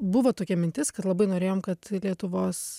buvo tokia mintis kad labai norėjom kad lietuvos